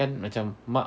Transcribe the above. kan macam mak